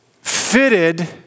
fitted